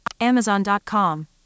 amazon.com